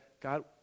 God